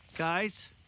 guys